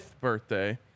birthday